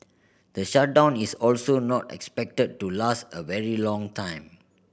the shutdown is also not expected to last a very long time